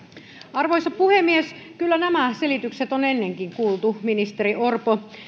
arvoisa puhemies kyllä nämä selitykset on ennenkin kuultu ministeri orpo